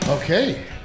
Okay